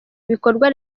ibikorwa